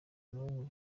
n’ubu